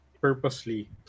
purposely